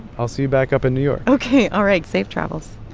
i'll see you back up in new york ok. all right. safe travels